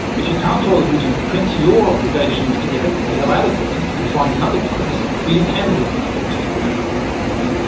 if you can't follow the religion of the prince, your obligation is to get ah the hell out of there and find another place where you can live with the religious preferences of the prince.